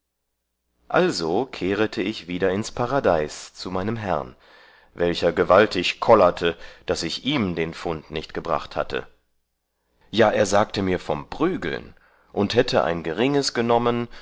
also kehrete ich wieder ins paradeis zu meinem herrn welcher gewaltig kollerte daß ich ihm den fund nicht gebracht hatte ja er sagte mir vom brügeln und hätte ein geringes genommen